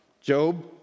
Job